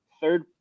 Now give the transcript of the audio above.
third